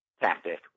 tactic